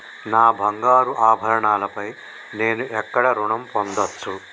నా బంగారు ఆభరణాలపై నేను ఎక్కడ రుణం పొందచ్చు?